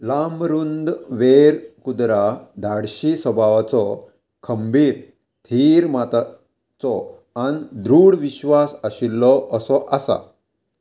लांब रुंद वेर कुद्रा धाडशी स्वभावाचो खंभीर थीर माताचो आनी धृड विश्वास आशिल्लो असो आसा